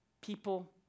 People